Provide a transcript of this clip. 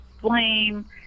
blame